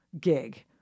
gig